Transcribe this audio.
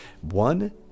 One